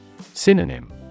Synonym